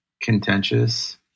contentious